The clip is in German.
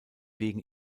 wegen